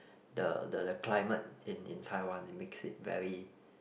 the the the climate in in Taiwan it makes it very